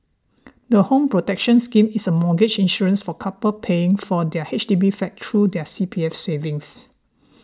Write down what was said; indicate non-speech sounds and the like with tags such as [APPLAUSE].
[NOISE] the Home Protection Scheme is a mortgage insurance for couples paying for their H D B flat through their C P F savings